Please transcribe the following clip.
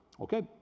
Okay